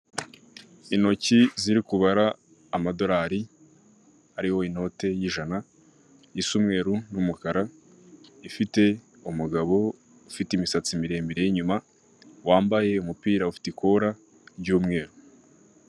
Intoki ziri kubara amadorari ari wi note y'ijana isa umweruru n' umukara ifite umugabo ufite imisatsi miremire y' inyuma wambaye umupira ufite ikora ry'umweru.